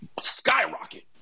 skyrocket